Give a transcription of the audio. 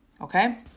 Okay